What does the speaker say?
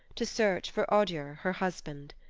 to search for odur her husband.